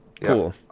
cool